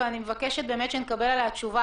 ואני מבקשת שנקבל עליה תשובה,